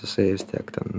jisais vis tiek ten